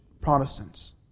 Protestants